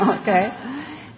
okay